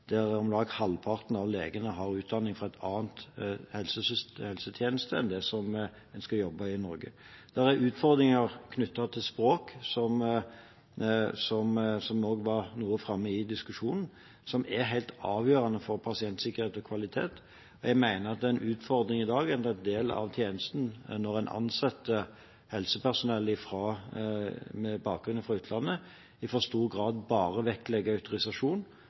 om lag halvparten av legene har utdanning fra en annen helsetjeneste enn den de skal jobbe med i Norge. Det er utfordringer knyttet til språk, som også var litt framme i diskusjonen, som er helt avgjørende for pasientsikkerhet og kvalitet. Jeg mener det er en utfordring i dag at en i en del av tjenesten, når en ansetter helsepersonell med bakgrunn fra utlandet, i for stor grad vektlegger autorisasjon